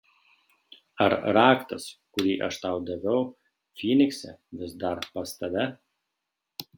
ar raktas kurį aš tau daviau fynikse vis dar pas tave